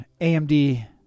AMD